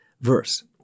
verse